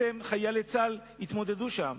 שחיילי צה"ל התמודדו עמן שם.